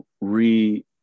re